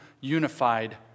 unified